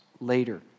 later